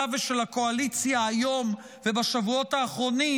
ושל הקואליציה היום ובשבועות האחרונים,